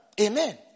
Amen